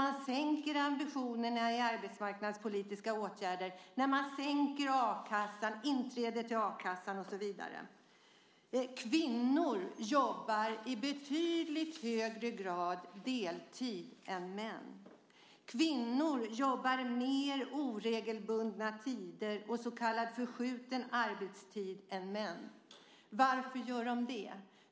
Man sänker ambitionerna i arbetsmarknadspolitiska åtgärder, man sänker a-kassan, försvårar inträdet till a-kassan och så vidare. Kvinnor jobbar i betydligt högre grad deltid än män. Kvinnor jobbar mer oregelbundna tider och så kallad förskjuten arbetstid än män. Varför gör de det?